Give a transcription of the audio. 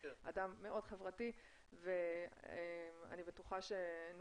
הוא אדם מאוד חברתי ואני בטוחה שאנחנו